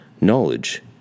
Knowledge